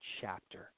chapter